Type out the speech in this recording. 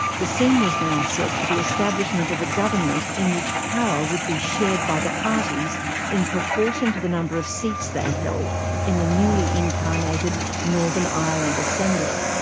the scene was now set for the establishment of a government in which power would be shared by the parties in proportion to the number of seats they held in the newly-incarnated northern ireland assembly.